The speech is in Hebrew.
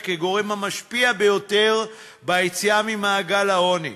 כגורם המשפיע ביותר ביציאה ממעגל העוני.